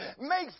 makes